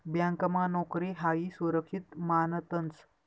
ब्यांकमा नोकरी हायी सुरक्षित मानतंस